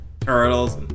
turtles